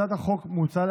על